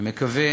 אני מקווה